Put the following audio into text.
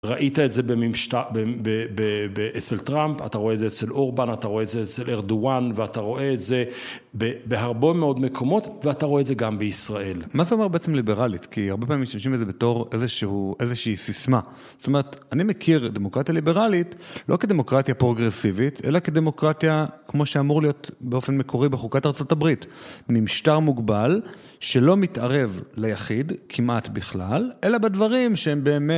ראית את זה אצל טראמפ, אתה רואה את זה אצל אורבן, אתה רואה את זה אצל ארדואן, ואתה רואה את זה בהרבה מאוד מקומות ואתה רואה את זה גם בישראל. מה זה אומר בעצם ליברלית? כי הרבה פעמים משתמשים בזה בתור איזשהו, איזושהי סיסמה. זאת אומרת, אני מכיר דמוקרטיה ליברלית, לא כדמוקרטיה פרוגרסיבית, אלא כדמוקרטיה, כמו שאמור להיות באופן מקורי בחוקת ארצות הברית. משטר מוגבל שלא מתערב ליחיד כמעט בכלל, אלא בדברים שהם באמת...